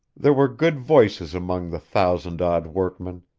there were good voices among the thousand odd workmen,